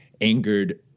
angered